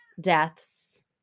deaths